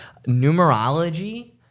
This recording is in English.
numerology